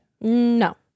No